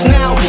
now